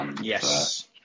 yes